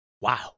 Wow